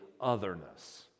otherness